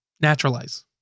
naturalize